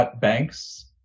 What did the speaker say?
Banks